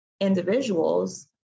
individuals